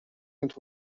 not